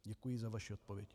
Děkuji za vaši odpověď.